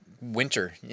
winter